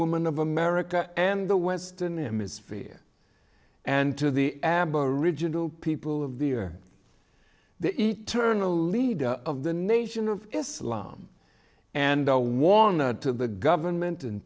woman of america and the western hemisphere and to the amba original people of the year the eternal leader of the nation of islam and a walnut to the government and